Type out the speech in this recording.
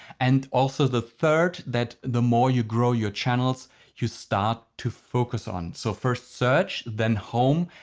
and also the third that the more you grow your channels you start to focus on. so first search, then home,